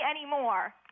anymore